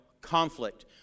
conflict